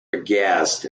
aghast